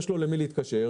יש לו למי להתקשר,